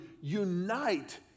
unite